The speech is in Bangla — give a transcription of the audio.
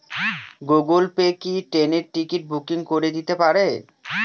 গুগল পে কি ট্রেনের টিকিট বুকিং করে দিতে পারে?